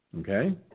Okay